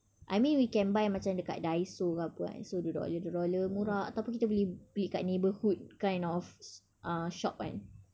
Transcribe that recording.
I mean we can buy macam dekat daiso ke apa kan so dua dollar dua dollar murah ataupun kita boleh beli kat neighbourhood kind of st~ shop kan